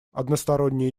односторонние